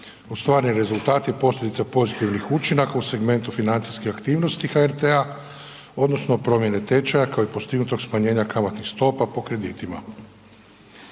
Ostvareni rezultati je posljedica pozitivnih učinaka u segmentu financijske aktivnosti HRT-a odnosno promijene tečaja kao i postignutog smanjenja kamatnih stopa po kreditima.